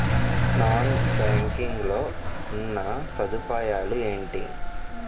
Non banking లో ఉన్నా సదుపాయాలు ఎంటి?